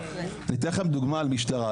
אני אתן לכם דוגמא על משטרה,